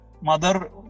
mother